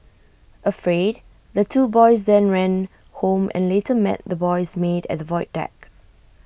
afraid the two boys then ran home and later met the boy's maid at the void deck